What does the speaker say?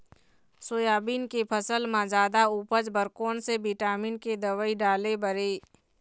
Soybean के फसल म जादा उपज बर कोन से विटामिन के दवई डाले बर ये?